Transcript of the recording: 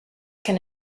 can